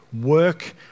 work